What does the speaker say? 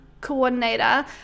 coordinator